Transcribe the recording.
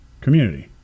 community